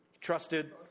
Trusted